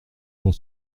pour